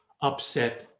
upset